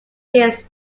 years